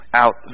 out